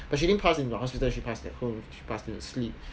but she didn't pass in the hospital she passed at home she passed in her sleep